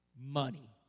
money